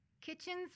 Kitchens